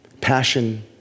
Passion